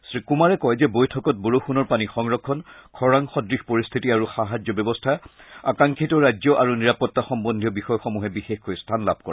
শ্ৰীকুমাৰে কয় যে বৈঠকত বৰষুণৰ পানী সংৰক্ষণ খৰাং সদৃশ পৰিস্থিতি আৰু সাহায্য ব্যৱস্থা আকাংক্ষিত ৰাজ্য আৰু নিৰাপত্তা সহ্বন্ধীয় বিষয়সমূহে বিশেষকৈ স্থান লাভ কৰে